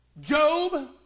job